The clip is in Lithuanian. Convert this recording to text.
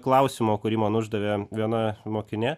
klausimo kurį man uždavė viena mokinė